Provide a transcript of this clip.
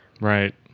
Right